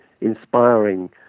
inspiring